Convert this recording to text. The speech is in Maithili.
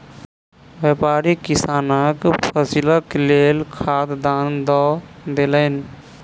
व्यापारी किसानक फसीलक लेल खाद दान दअ देलैन